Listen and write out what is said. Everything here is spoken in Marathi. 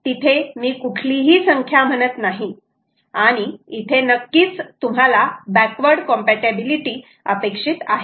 तिथे मी कुठलीही संख्या म्हणत नाही आणि इथे नक्कीच तुम्हाला बॅकवर्ड कम्पेटिबिलिटी अपेक्षित आहे